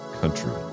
country